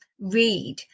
read